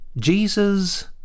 Jesus